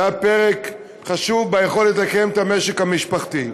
שהיה פרק חשוב ביכולת לקיים את המשק המשפחתי.